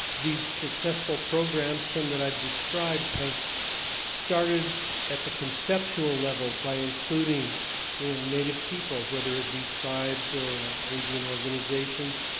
these successful programs, some that i've described, have started at the conceptual level by including and native people, whether it be tribes or indian organizations,